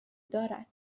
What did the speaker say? دارد